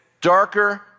darker